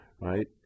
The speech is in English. right